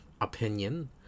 opinion